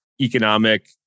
economic